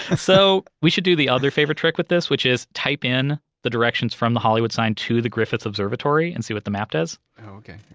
so we should do the other favorite trick with this, which is type in the directions from the hollywood sign to the griffith observatory and see what the map does okay,